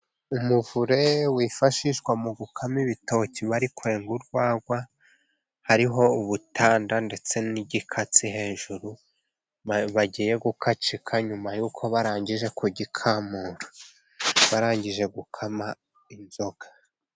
Umuvure wifashishwa mu gukama ibitoki bari kurenga urwagwa, hariho ubutanda ndetse n'igikatsi hejuru, bagiye gukacika nyuma y'uko barangije kugikamura barangije gukama inzoka.